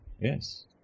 Yes